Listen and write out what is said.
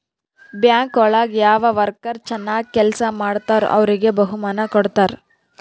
bank ಒಳಗ ಯಾವ worker ಚನಾಗ್ ಕೆಲ್ಸ ಮಾಡ್ತಾರೋ ಅವ್ರಿಗೆ ಬಹುಮಾನ ಕೊಡ್ತಾರ